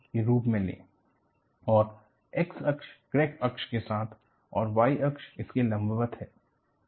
और x अक्ष क्रैक अक्ष के साथ है और y अक्ष इसके लंबवत है